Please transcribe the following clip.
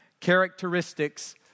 characteristics